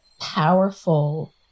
powerful